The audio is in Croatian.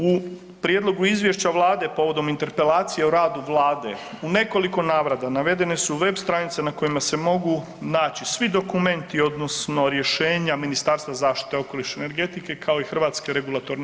U prijedlogu izvješća vlade povodom interpelacije o radu vlade u nekoliko navrata navedene su web stranice na kojima se mogu naći svi dokumenti odnosno rješenja Ministarstva zaštite okoliša i energetike, kao i HERA-e.